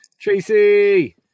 Tracy